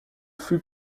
fut